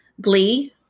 Glee